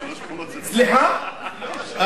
סליחה,